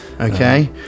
okay